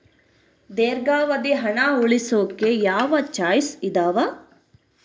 ದೇರ್ಘಾವಧಿ ಹಣ ಉಳಿಸೋಕೆ ಯಾವ ಯಾವ ಚಾಯ್ಸ್ ಇದಾವ?